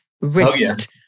wrist